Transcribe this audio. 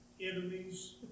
enemies